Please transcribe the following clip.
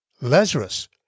Lazarus